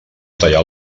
tallar